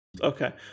Okay